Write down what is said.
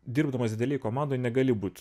dirbdamas didelėj komandoj negali būt